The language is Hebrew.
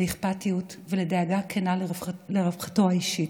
לאכפתיות ולדאגה כנה לרווחתו האישית.